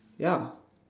ya